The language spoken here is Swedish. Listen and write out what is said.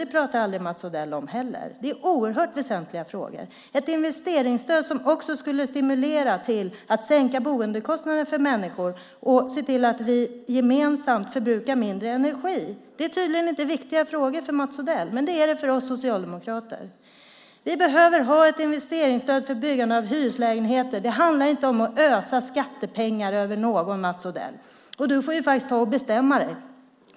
Det talar Mats Odell heller aldrig om. Det är oerhört väsentliga frågor. Det handlar om ett investeringsstöd som också skulle stimulera till en sänkning av boendekostnaderna för människor och se till att vi gemensamt förbrukar mindre energi. Det är tydligen inte viktiga frågor för Mats Odell, men det är det för oss socialdemokrater. Det behövs ett investeringsstöd för byggande av hyreslägenheter. Det handlar inte om att ösa skattepengar över någon, Mats Odell. Du får faktiskt ta och bestämma dig.